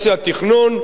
בשום שכל,